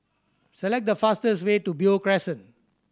select the fastest way to Beo Crescent